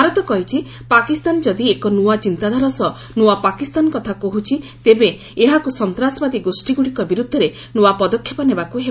ଭାରତ କହିଛି ପାକିସ୍ତାନ ଯଦି ଏକ ନୂଆ ଚିନ୍ତାଧାରା ସହ ନୂଆ ପାକିସ୍ତାନ କଥା କହୁଛି ତେବେ ଏହାକୁ ସନ୍ତାସବାଦୀ ଗୋଷୀଗୁଡ଼ିକ ବିରୁଦ୍ଧରେ ନୂଆ ପଦକ୍ଷେପ ନେବାକୁ ହେବ